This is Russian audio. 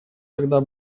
тогда